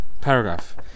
paragraph